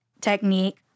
technique